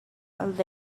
alert